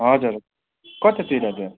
हजुर कतातिर हजुर